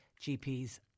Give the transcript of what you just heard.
GPs